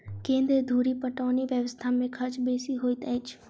केन्द्र धुरि पटौनी व्यवस्था मे खर्च बेसी होइत अछि